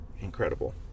incredible